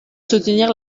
soutenir